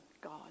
God